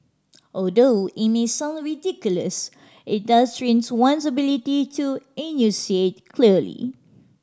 although it may sound ridiculous it does trains one's ability to enunciate clearly